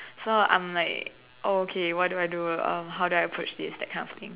so I'm like oh okay what do I do uh how do I approach this that kind of thing